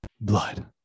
blood